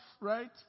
Right